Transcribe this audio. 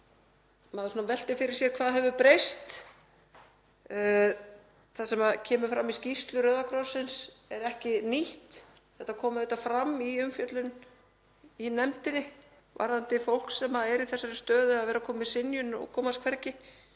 Maður veltir fyrir sér hvað hefur breyst. Það sem kemur fram í skýrslu Rauða krossins er ekkert nýtt. Þetta kom auðvitað fram í umfjöllun í nefndinni, varðandi fólk sem er í þessari stöðu að hafa verið synjað og komast hvergi.